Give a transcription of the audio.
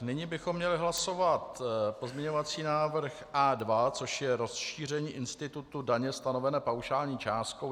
Nyní bychom měli hlasovat pozměňovací návrh A2, což je rozšíření institutu daně stanovené paušální částkou.